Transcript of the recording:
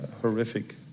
horrific